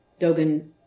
Dogen